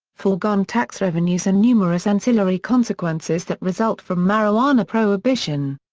foregone tax revenues and numerous ancillary consequences that result from marijuana prohibition.